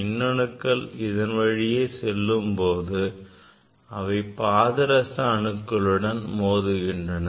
மின்னணுக்கள் இதன் வழியே செல்லும்போது அவை பாதரச அணுக்களுடன் மோதுகின்றன